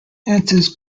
enters